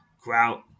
Grout